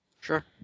Sure